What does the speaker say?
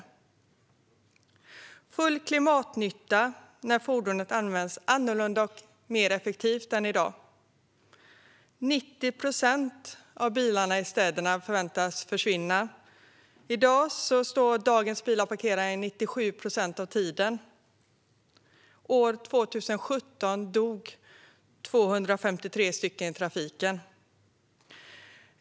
Det blir full klimatnytta när fordonet används annorlunda och mer effektivt än i dag - 90 procent av bilarna i städerna förväntas försvinna. Dagens bilar står parkerade 97 procent av tiden. År 2017 dog 253 personer i trafiken.